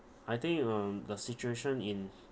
I think you um the situation in